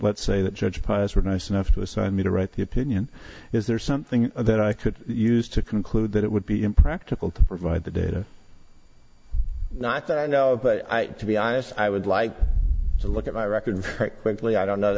let's say that judge players were nice enough to assign me to write the opinion is there something that i could use to conclude that it would be impractical to provide the data not that i know of but i to be honest i would like to look at my record frequently i don't know